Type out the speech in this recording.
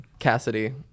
Cassidy